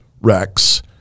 Rex